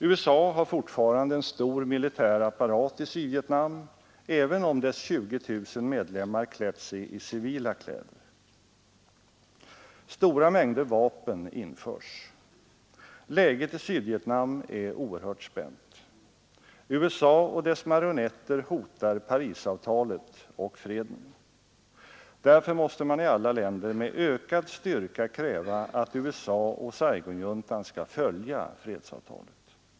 USA har fortfarande en stor militär apparat i Sydvietnam, även om dess 20 000 medlemmar klätt sig i civil klädsel. Stora mängder vapen införs. Läget i Sydvietnam är oerhört spänt. USA och dess marionetter hotar Parisavtalet och freden. Därför måste man i alla länder med ökad styrka kräva att USA och Saigonjuntan skall följa fredsavtalet.